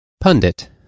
Pundit